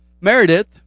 Meredith